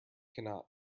cannot